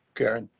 karen.